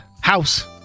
house